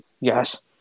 Yes